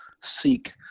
seek